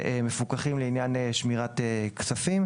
שמפוקחים לעניין שמירת כספים.